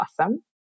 Awesome